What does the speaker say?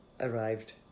arrived